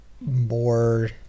more